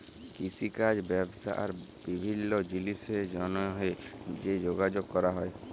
কিষিকাজ ব্যবসা আর বিভিল্ল্য জিলিসের জ্যনহে যে যগাযগ ক্যরা হ্যয়